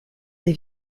des